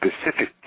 specific